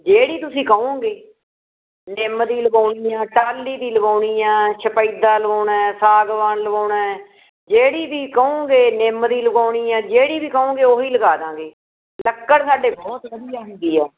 ਜਿਹੜੀ ਤੁਸੀਂ ਕਹੋਗੇ ਨਿੰਮ ਦੀ ਲਵਾਉਣੀ ਹੈ ਟਾਹਲੀ ਦੀ ਲਵਾਉਣੀ ਹੈ ਸ਼ਪੈਦਾ ਲਵਾਉਣਾ ਹੈ ਸਾਗਵਾਨ ਲਵਾਉਣਾ ਹੈ ਜਿਹੜੀ ਵੀ ਕਹੋਗੇ ਨਿੰਮ ਦੀ ਲਗਾਉਣੀ ਹੈ ਜਿਹੜੀ ਵੀ ਕਹੋਗੇ ਉਹ ਹੀ ਲਗਾ ਦੇਵਾਂਗੇ ਲੱਕੜ ਸਾਡੇ ਬਹੁਤ ਵਧੀਆ ਹੁੰਦੀ ਹੈ